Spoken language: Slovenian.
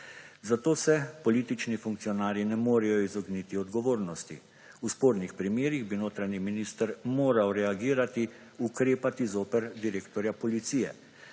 Zato se politični funkcionarji ne morejo izogniti odgovornosti. V spornih primerih bi notranji minister moral reagirati, ukrepati zoper direktorja policije.